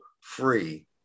free